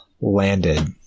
landed